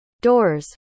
doors